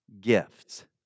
gifts